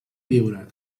viure